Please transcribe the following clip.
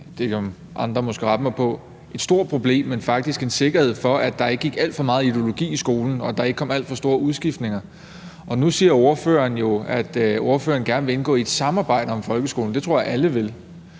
der kan andre måske rette mig – et stort problem, men faktisk en sikkerhed for, at der ikke gik alt for meget ideologi i skolen, og at der ikke kom alt for store udskiftninger. Og nu siger ordføreren jo, at ordføreren gerne vil indgå i et samarbejde om folkeskolen, og det tror jeg alle vil,